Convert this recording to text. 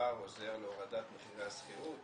והשאר עוזר לנו להורדת מחירי השכירות,